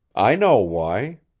i know why,